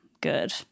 good